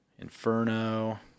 Inferno